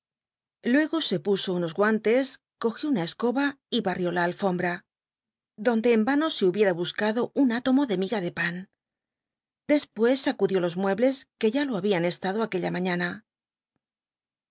luego se puso unos guantes cogió una escoba y barrió la alfombra donde en vano se hubiera buscado un ti tomo de miga de pan despues sacudió los muebles que ya lo habían estado aquella maiiana